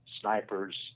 snipers